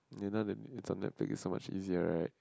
you know that it's on Netflix it's so much easier right